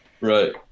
Right